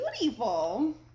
beautiful